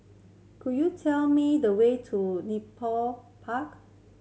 could you tell me the way to Nepal Park